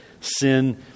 sin